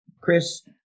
chris